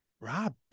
Rob